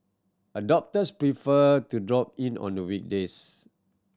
adopters prefer to drop in on the weekdays